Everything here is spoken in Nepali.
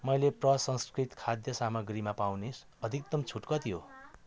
मैले प्रसंस्कृत खाद्य सामग्रीमा पाउने अधिकतम छुट कति हो